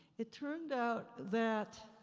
it turned out that